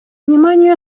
внимание